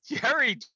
Jerry